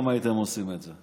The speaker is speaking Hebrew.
גם הייתם עושים את זה.